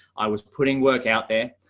i was putting work out there.